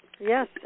Yes